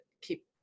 keep